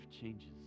changes